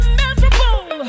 miserable